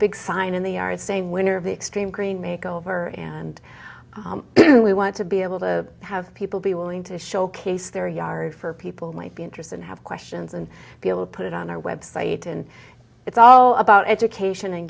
big sign in the same winner of the extreme green make over and we want to be able to have people be willing to showcase their yard for people might be interested have questions and be able to put it on our website and it's all about education and